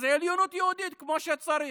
אז עליונות יהודית כמו שצריך.